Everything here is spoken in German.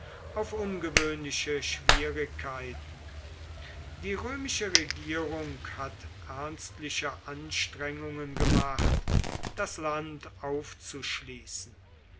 auf ungewöhnliche schwierigkeiten die römische regierung hat ernstliche anstrengungen gemacht das land aufzuschließen